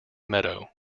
meadow